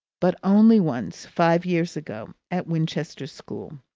but only once, five years ago, at winchester school.